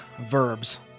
verbs